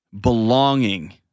belonging